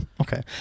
Okay